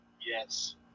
yes